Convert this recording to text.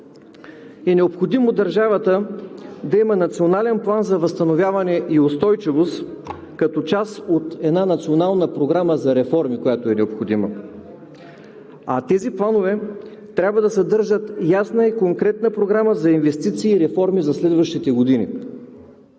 е необходимо държавата да има национален план за възстановяване и устойчивост като част от една национална програма за реформи, която е необходима, а тези планове трябва да съдържат ясна и конкретна програма за инвестиции и реформи за следващите години.